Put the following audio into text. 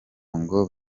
ngo